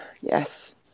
yes